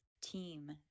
team